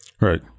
Right